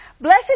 Blessed